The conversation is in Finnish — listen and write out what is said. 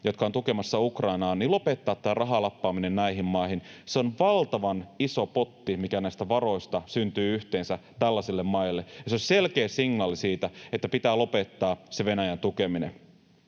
jotka ovat tukemassa Ukrainaa, pitäisi lopettaa tämä rahan lappaaminen näihin maihin. Se on valtavan iso potti, mikä näistä varoista syntyy yhteensä tällaisille maille. Se olisi selkeä signaali siitä, että pitää lopettaa se Venäjän tukeminen.